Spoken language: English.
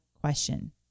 question